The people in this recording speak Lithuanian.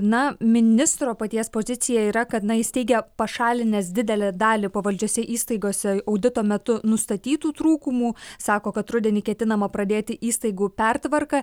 na ministro paties pozicija yra kad na jis teigia pašalinęs didelę dalį pavaldžiose įstaigose audito metu nustatytų trūkumų sako kad rudenį ketinama pradėti įstaigų pertvarką